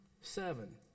seven